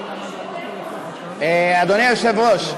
אדוני היושב-ראש,